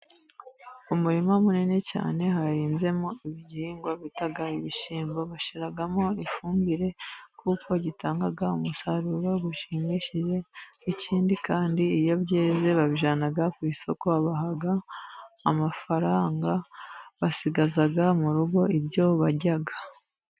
Umurima munini cyane hahinzemo ibihingwa bita ibishyimbo. Bashyiramo ifumbire kuko gitanga umusaruro ushimishije. Ikindi kandi, iyo byeze babijyana ku isoko, babaha amafaranga, basigaza mu rugo ibyo barya.